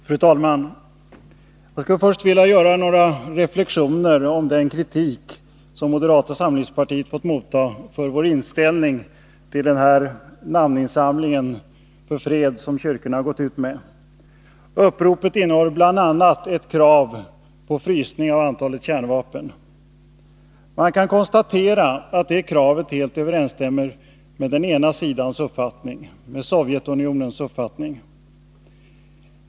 Fru talman! Jag skulle först vilja göra några reflexioner om den kritik som moderata samlingspartiet fått mottaga för vår inställning till kyrkornas namninsamling för fred. Uppropet innehåller bl.a. ett krav på frysning av antalet kärnvapen. Man kan konstatera att det kravet helt överensstämmer med den ena sidans uppfattning, med Sovjetunionens uppfattning.